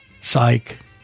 psych